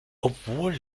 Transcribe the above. obwohl